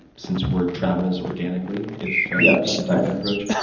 since word travels organically if yeah if you take that approach.